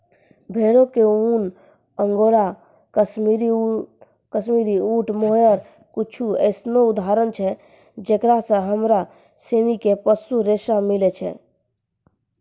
भेड़ो के ऊन, अंगोला, काश्मीरी, ऊंट, मोहायर कुछु एहनो उदाहरण छै जेकरा से हमरा सिनी के पशु रेशा मिलै छै